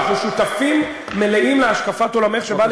אנחנו שותפים מלאים להשקפת עולמך שבאה